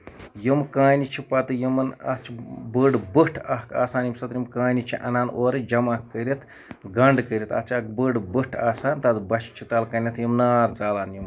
یِم کانہِ چھِ پَتہٕ یِمن اَتھ چھِ بٔڑ بٔٹھ اکھ آسان ییٚمہِ ساتہٕ یِم کانہِ اَنان اورٕ جمع کٔرِتھ گنڈ کٔرِتھ اَتھ چھِ اکھ بٔڑ بٔٹھ آسان تَتھ بَچھِ چھِ تَلہٕ کَنتھ یِم نار زالان یِم